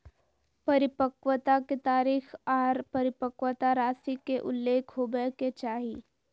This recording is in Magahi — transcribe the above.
परिपक्वता के तारीख आर परिपक्वता राशि के उल्लेख होबय के चाही